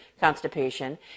constipation